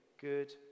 good